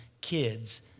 kids